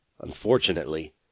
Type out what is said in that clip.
Unfortunately